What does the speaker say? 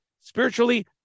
spiritually